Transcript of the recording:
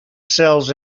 sales